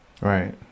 Right